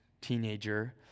teenager